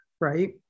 Right